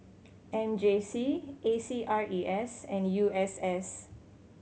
M J C A C R E S and U S S